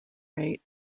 rate